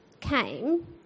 came